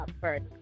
first